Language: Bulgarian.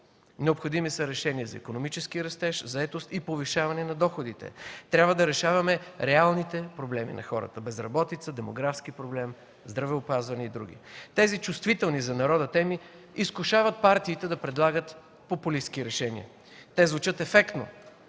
Необходими са решения за икономически растеж, заетост и повишаване на доходите. Трябва да решаваме реалните проблеми на хората – безработица, демографски проблем, здравеопазване и други. Тези чувствителни за народа теми изкушават партиите да предлагат популистки решения. Те звучат ефектно,